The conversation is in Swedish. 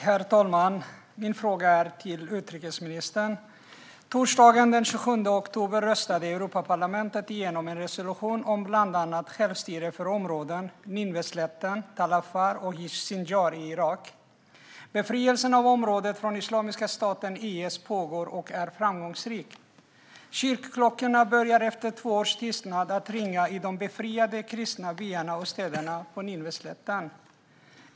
Herr talman! Jag riktar min fråga till utrikesministern. Torsdagen den 27 oktober röstade Europaparlamentet igenom en resolution om bland annat självstyre för områden - Nineveslätten, Tall Afar och Sinjar i Irak. Befrielsen av området från Islamiska staten, IS, pågår och är framgångsrik. Kyrkklockorna börjar efter två års tystnad ringa i de befriade kristna byarna och städerna på Nineveslätten.